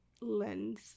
lens